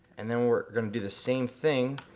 and then we're gonna do the same thing,